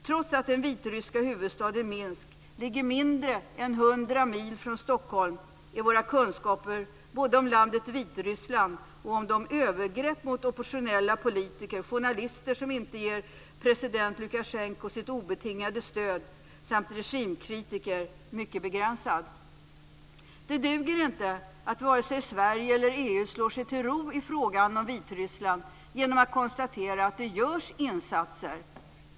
Trots att den vitryska huvudstaden Minsk ligger mindre än 100 mil från Stockholm är våra kunskaper både om landet Vitryssland och om övergrepp mot oppositionella politiker, journalister som inte ger president Lukasjenko sitt obetingade stöd samt regimkritiker mycket begränsade. Det duger inte att Sverige och EU slår sig till ro i frågan om Vitryssland genom att konstatera att det görs insatser.